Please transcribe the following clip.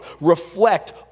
reflect